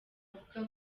avuga